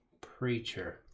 preacher